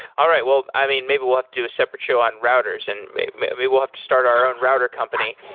all right. well i mean, maybe we'll have to do a separate show on routers and maybe maybe we'll have to start our own router company